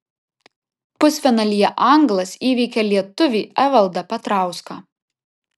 pusfinalyje anglas įveikė lietuvį evaldą petrauską